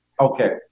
Okay